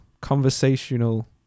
conversational